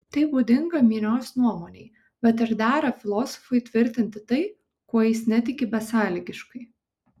tai būdinga minios nuomonei bet ar dera filosofui tvirtinti tai kuo jis netiki besąlygiškai